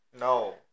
No